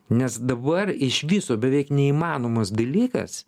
nes dabar iš viso beveik neįmanomas dalykas